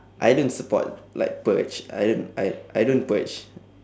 I don't support like purge I don't I I don't purge